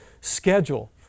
schedule